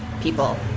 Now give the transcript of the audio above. people